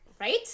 right